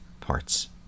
parts